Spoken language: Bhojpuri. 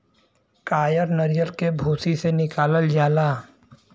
कायर नरीयल के भूसी से निकालल जाला